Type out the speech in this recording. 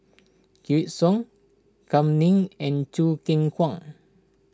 Wykidd Song Kam Ning and Choo Keng Kwang